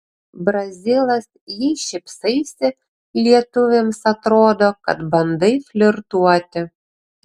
brazilas jei šypsaisi lietuvėms atrodo kad bandai flirtuoti